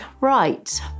right